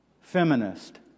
feminist